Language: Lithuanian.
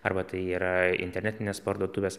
arba tai yra internetinės parduotuvės